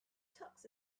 tux